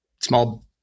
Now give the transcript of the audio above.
small